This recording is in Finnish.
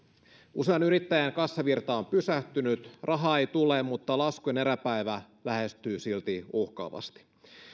usean yrittäjän kassavirta on pysähtynyt rahaa ei tule mutta laskujen eräpäivä lähestyy silti uhkaavasti